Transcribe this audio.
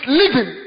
living